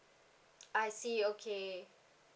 I see okay